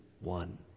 One